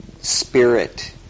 spirit